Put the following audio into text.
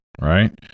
right